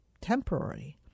temporary